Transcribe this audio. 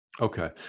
Okay